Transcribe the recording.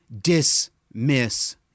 Dismiss